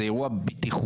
זה אירוע בטיחותי,